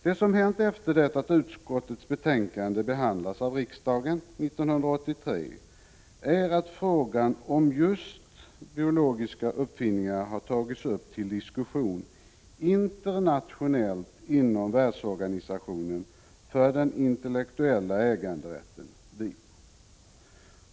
Det som hänt efter det att utskottets betänkande behandlats av riksdagen 1983 är att frågan om just biologiska uppfinningar har tagits upp till internationell diskussion inom Världsorganisationen för den intellektuella äganderätten, WIPO.